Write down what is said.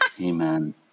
Amen